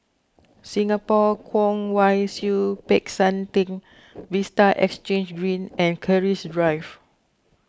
Singapore Kwong Wai Siew Peck San theng Vista Exhange Reen and Keris Drive